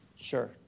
Sure